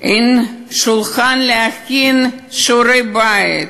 אין שולחן להכין שיעורי בית,